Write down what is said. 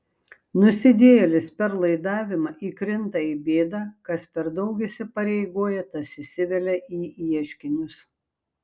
nusidėjėlis per laidavimą įkrinta į bėdą kas per daug įsipareigoja tas įsivelia į ieškinius